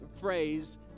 phrase